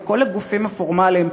וכל הגופים הפורמליים,